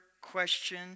question